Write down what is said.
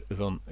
van